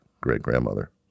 great-grandmother